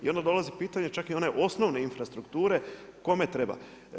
I onda dolazi pitanje čak i one osnovne infrastrukture, kome treba.